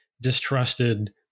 distrusted